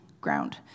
ground